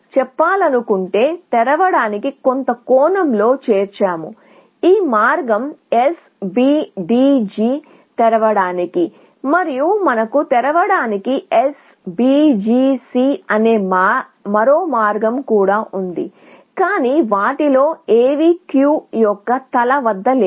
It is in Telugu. చెప్పాలనుకుంటే ఇప్పుడు మీరు ఈ మార్గం S B D G తెరవడానికి మరియు మనకు తెరవడానికి S B C G అనే మరో మార్గం కూడా ఉంది కానీ వాటిలో ఏవీ క్యూ యొక్క తల వద్ద లేవు